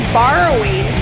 borrowing